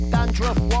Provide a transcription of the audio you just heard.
Dandruff